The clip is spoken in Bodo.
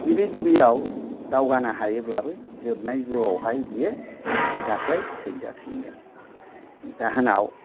गिबि गिबियाव दावगानो हायोब्लाबो जोबनाय जिउआव हाय बियो गाख्लाय हैजा फिनगोन जाहोनाव